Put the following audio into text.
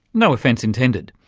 no offence intended.